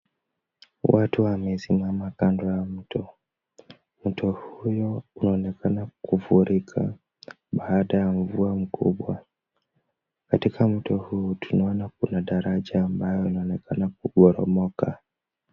Watu wamesimama kando ya mto. Mto huyo unaonekana kufurika baada ya mvua mkubwa. Katika mto huu tunaona kuna daraja ambayo inaonekana kuporomoka.